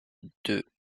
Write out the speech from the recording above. deux